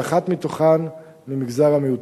ואחת מתוכן ממגזר המיעוטים.